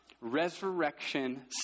Resurrection